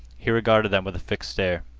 he regarded them with a fixed stare.